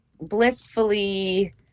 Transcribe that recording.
blissfully